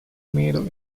миру